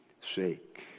sake